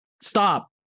Stop